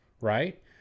right